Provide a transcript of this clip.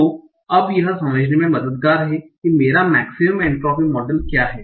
तो अब यह समझाने में मददगार है कि मेरा मेक्सिमम एन्ट्रापी मॉडल क्या है